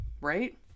Right